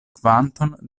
kvanton